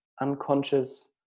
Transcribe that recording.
unconscious